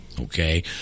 okay